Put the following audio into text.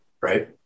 Right